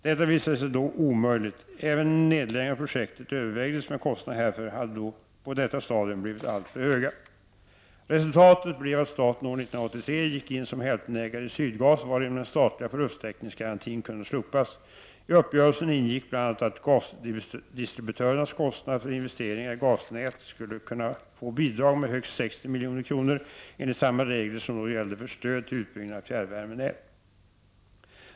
Detta visade sig då omöjligt. Även en nedläggning av projektet övervägdes, men kostnaderna härför hade på detta stadium blivit alltför höga. Resultatet blev att staten år 1983 gick in som hälftendelägare i Sydgas, varigenom den statliga förlusttäckningsgarantin kunde slopas. I uppgörelsen ingick bl.a. att gasdistributörernas kostnader för investeringar i gasnät skulle kunna få bidrag med högst 60 milj.kr. enligt samma regler som då gällde för stöd till utbyggnad av fjärrvärmenät.